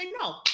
no